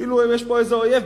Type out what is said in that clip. כאילו יש פה איזה אויב.